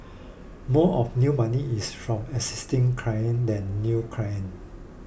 more of new money is from existing clients than new clients